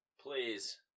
please